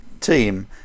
team